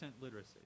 literacy